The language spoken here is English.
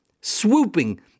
swooping